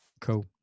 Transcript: cool